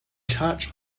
charge